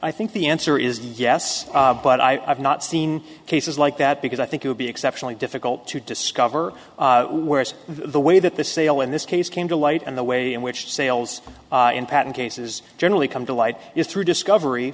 i think the answer is yes but i've not seen cases like that because i think it would be exceptionally difficult to discover where is the way that the sale in this case came to light and the way in which sales in patent cases generally come to light is through discovery